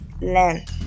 Land